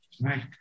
right